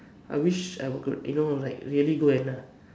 I wish I could like you know really go and uh